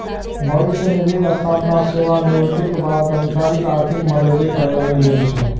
भविष्य निधिक स्थापना सेवानिवृत्तिक बाद कर्मचारीक आर्थिक मदति करै लेल गेल छै